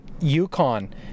yukon